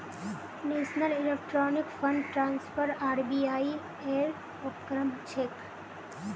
national electronic fund transfer RBI ऐर उपक्रम छेक